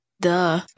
Duh